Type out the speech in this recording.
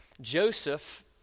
Joseph